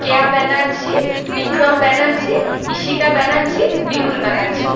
Keya Banerjee Bikram Banerjee Ishika Banerjee Bipul Banerjee